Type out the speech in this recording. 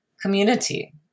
community